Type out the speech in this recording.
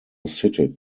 city